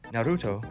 Naruto